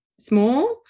small